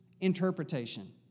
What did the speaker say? interpretation